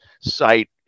site